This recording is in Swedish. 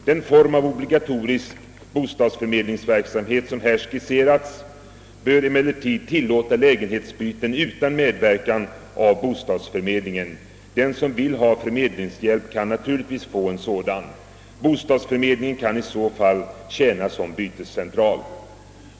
Den form av obligatorisk förmedlingsverksamhet som här har skisserats bör emellertid tillåta lägenhetsbyten utan medverkan av bostadsförmedlingen. Den som vill ha förmedlingshjälp skall naturligtvis ha möjlighet att få sådan. Bostadsförmedlingen kan i så fall tjäna som bytescentral.